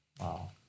Wow